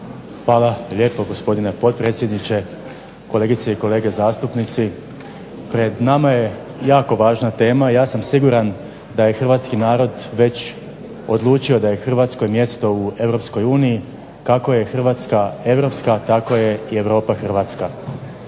Hvala lijepo gospodine potpredsjedniče, kolegice i kolege zastupnici. Pred nama je jako važna tema, ja sam siguran da je hrvatski narod već odlučio da je Hrvatskoj mjesto u EU. Kako je Hrvatska europska tako je i Europa hrvatska.